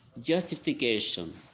justification